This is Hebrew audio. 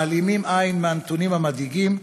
מעלימים עין מהנתונים המדאיגים,